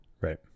Right